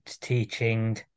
teaching